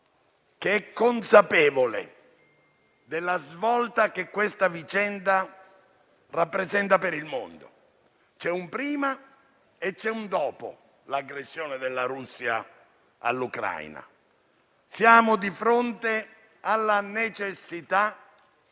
consapevole della svolta che questa vicenda rappresenta per il mondo: c'è un prima e c'è un dopo l'aggressione della Russia all'Ucraina. Siamo di fronte alla necessità